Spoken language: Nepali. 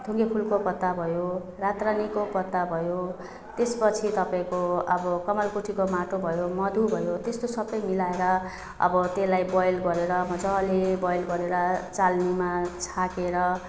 थुङ्गे फुलको पत्ता भयो रातरानीको पत्ता भयो त्यसपछि तपाईँको अब कमलकोठीको माटो भयो मधु भयो त्यस्तो सबै मिलाएर अब त्यसलाई बोइल गरेर मजाले बोइल गरेर चालनीमा छानेर